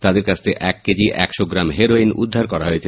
তাদের কাছ থেকে এক কেজি একশো গ্রাম হেরোইন উদ্ধার করা হয়েছে